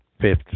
Fifth